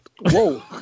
whoa